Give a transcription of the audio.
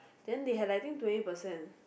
then they have like I think twenty percent